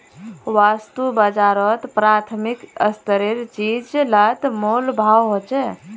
वास्तु बाजारोत प्राथमिक स्तरेर चीज़ लात मोल भाव होछे